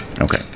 Okay